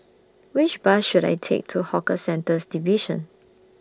Which Bus should I Take to Hawker Centres Division